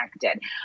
connected